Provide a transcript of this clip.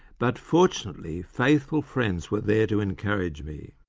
but fortunately faithful friends were there to encourage me.